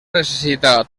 necessita